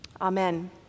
Amen